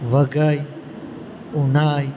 Waghai Unai